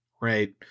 right